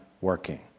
working